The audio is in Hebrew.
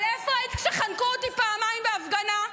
אבל איפה היית כשחנקו אותי פעמיים בהפגנה?